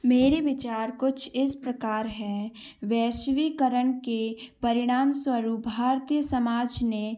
मेरे विचार कुछ इस प्रकार हैं वैश्विकरण के परिणाम स्वरुप भारतीय समाज ने